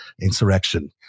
insurrection